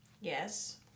yes